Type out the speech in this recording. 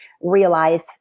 realize